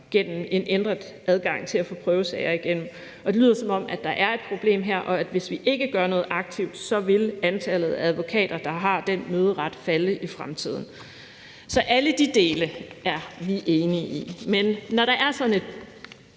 gennem en ændret adgang til at få prøvesager igennem. Det lyder, som om der er et problem her, og at hvis vi ikke gør noget aktivt, vil antallet af advokater, der har den møderet, falde i fremtiden. Alle de dele er vi enige i, men når der er sådan et